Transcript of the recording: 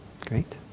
Great